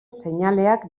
seinaleak